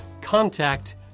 contact